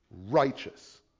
Righteous